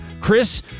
Chris